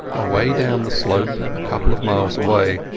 away down the slope, a couple of miles away,